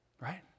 Right